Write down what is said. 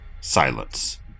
silence